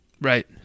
Right